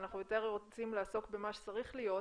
ואנחנו יותר רוצים לעסוק במה שצריך להיות.